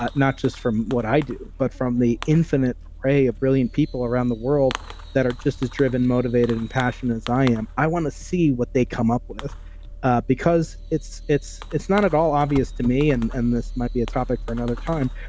not not just from what i do, but from the infinite ray of brilliant people around the world that are just as driven, motivated and passionate as i am i want to see what they come up with ah because it's it's not at all obvious to me and and this might be a topic for another time,